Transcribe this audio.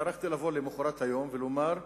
טרחתי לבוא למחרת היום ולומר,